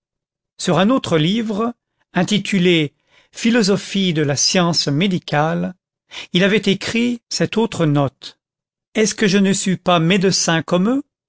sur un autre livre intitulé philosophie de la science médicale il avait écrit cette autre note est-ce que je ne suis pas médecin comme eux